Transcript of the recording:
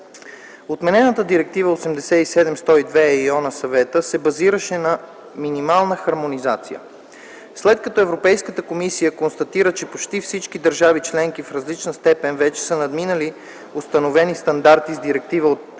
Отменената Директива 87/102/ЕИО на Съвета се базираше на минимална хармонизация. След като констатира, че почти всички държави членки в различна степен вече са надминали установени стандарти с директивата от